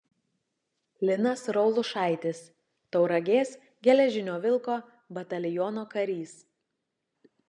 linas raulušaitis tauragės geležinio vilko bataliono karys